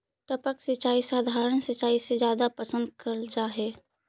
टपक सिंचाई सधारण सिंचाई से जादा पसंद करल जा हे